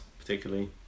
particularly